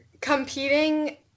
competing